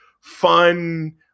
fun